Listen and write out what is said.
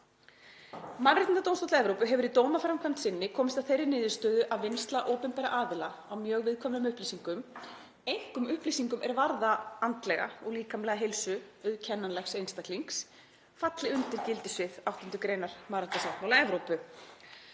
Mannréttindadómstóll Evrópu hefur í dómaframkvæmd sinni komist að þeirri niðurstöðu að vinnsla opinberra aðila á mjög viðkvæmum upplýsingum, einkum upplýsingum sem varða andlega og líkamlega heilsu auðkennanlegs einstaklings, falli undir gildissvið 8. gr. mannréttindasáttmála Evrópu